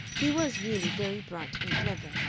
he was really very bright and clever,